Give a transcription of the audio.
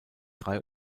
drei